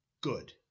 good